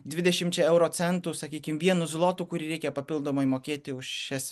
dvidešimčia euro centų sakykim vienu zlotu kurį reikia papildomai mokėti už šias